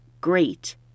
great